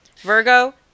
Virgo